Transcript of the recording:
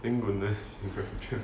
thank goodness we got